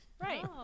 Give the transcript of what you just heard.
Right